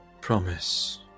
promise